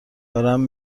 دارم